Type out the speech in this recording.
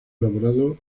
elaborado